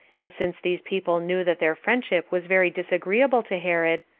and since these people knew that their friendship was very disagreeable to herod,